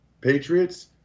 Patriots